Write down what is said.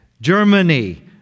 Germany